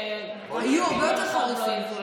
היו הרבה יותר חריפים,